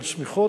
של שמיכות,